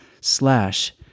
slash